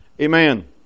Amen